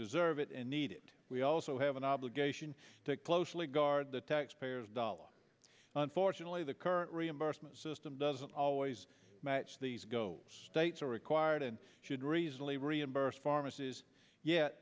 deserve it and need we also have an obligation to closely guard the taxpayers dollars unfortunately the current reimbursement system doesn't always match these go states are required and should reasonably reimburse pharmacies ye